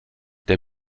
der